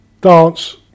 dance